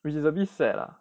which is a bit sad lah